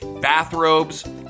bathrobes